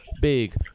Big